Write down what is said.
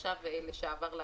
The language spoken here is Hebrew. חדשה וחברת כנסת לשעבר בעתיד,